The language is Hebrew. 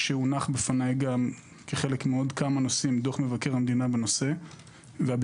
כשהונח בפניי כחלק מעוד כמה נושאים דוח מבקר המדינה בנושא והביקורת